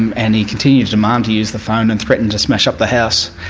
and and he continued to demand to use the phone and threatened to smash up the house.